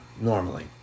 normally